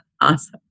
Awesome